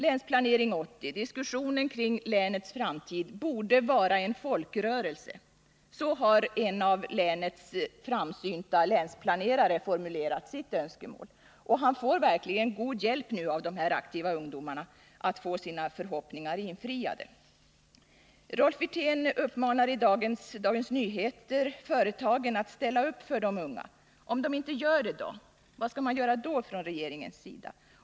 Länsplanering 80, diskussionen om länets framtid, borde vara en folkrörelse — så har en av länets framsynta länsplanerare formulerat sitt önskemål. Han får verkligen god hjälp av de här aktiva ungdomarna att få sina förhoppningar infriade. Rolf Wirtén uppmanar i dagens Dagens Nyheter företagen att ställa upp för de unga. Men hur blir det om företagen inte gör detta? Vad skall regeringen göra då?